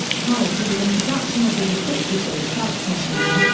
prior to the introduction of the ubiquitous fax machine,